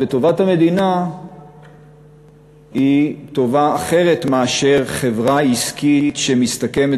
וטובת המדינה היא טובה אחרת מאשר חברה עסקית שמסתכמת